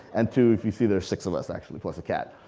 and two if you see, there's six of us actually, plus a cat.